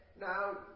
now